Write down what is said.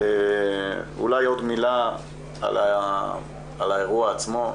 אולי עוד מילה על האירוע עצמו.